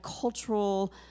cultural